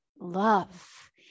love